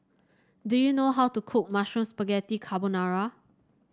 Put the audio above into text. do you know how to cook Mushroom Spaghetti Carbonara